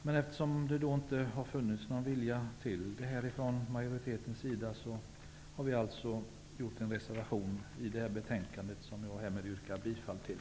Men eftersom det inte har funnits någon vilja till detta från majoritetens sida har vi till betänkandet fogat en reservation som jag härmed yrkar bifall till.